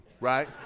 right